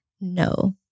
no